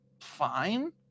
fine